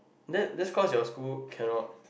that's that's cause your school cannot